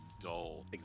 dull